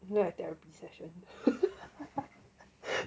you know like therapy session